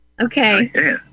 Okay